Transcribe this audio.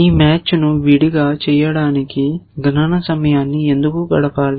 ఈ మ్యాచ్ను విడిగా చేయడానికి గణన సమయాన్ని ఎందుకు గడపాలి